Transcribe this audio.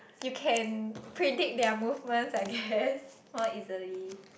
you can predict their movements I guess more easily